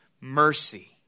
mercy